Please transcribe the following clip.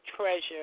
treasure